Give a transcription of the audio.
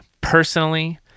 personally